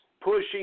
pushing